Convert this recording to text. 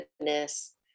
goodness